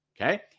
okay